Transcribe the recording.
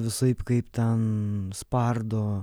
visaip kaip ten spardo